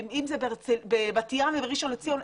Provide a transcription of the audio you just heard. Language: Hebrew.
אם זה בבת ים ובראשון לציון.